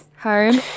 Home